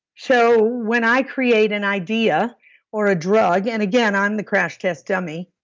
so when i create an idea or a drug, and again, i'm the crash test dummy,